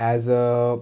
as